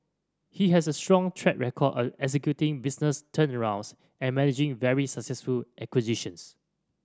he has a strong track record of executing business turnarounds and managing very successful acquisitions